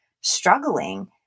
struggling